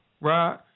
right